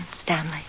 Stanley